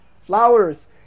flowers